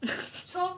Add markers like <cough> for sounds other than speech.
<laughs>